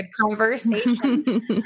conversation